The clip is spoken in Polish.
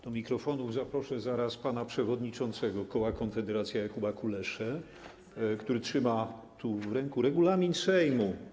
Do mikrofonu zaproszę zaraz pana przewodniczącego koła Konfederacja Jakuba Kuleszę, który trzyma w ręku regulamin Sejmu.